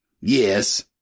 Yes